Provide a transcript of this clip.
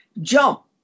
jump